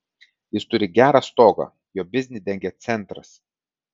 jis turi gerą stogą jo biznį dengia centras